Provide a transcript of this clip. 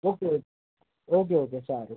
okay okay okay okay સારું